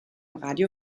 radio